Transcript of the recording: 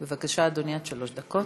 בבקשה, אדוני, עד שלוש דקות.